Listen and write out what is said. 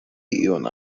iun